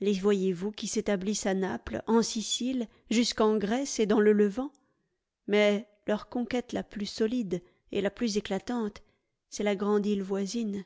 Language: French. les voyez-vous qui s'établissent à naples en sicile jusqu'en grèce et dans le levant mais leur conquête la plus solide et la plus éclatante c'est la grande île voisine